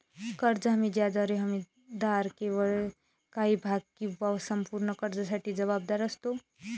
कर्ज हमी ज्याद्वारे हमीदार केवळ काही भाग किंवा संपूर्ण कर्जासाठी जबाबदार असतो